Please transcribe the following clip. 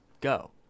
go